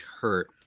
hurt